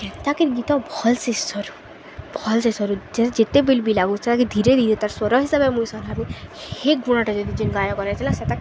ତାକେ ଗୀତ ଭଲ୍ସେ ସ୍ୱର ଯେ ଯେତେ ବିଲ୍ ବି ଲାଗୁଚି ତାକେ ଧୀରେ ଧୀରେ ତାର ସ୍ୱର ହିସାବରେ ମୁଇଁ ସରି ଗୁଣଟା ଯଦି ଯେନ୍ ଗାୟକ କରେଥିଲା ସେ ତା